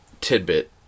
Tidbit